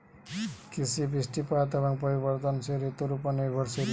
কৃষি বৃষ্টিপাত এবং পরিবর্তনশীল ঋতুর উপর নির্ভরশীল